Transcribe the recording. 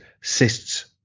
cysts